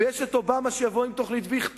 ויש אובמה שיבוא עם תוכנית,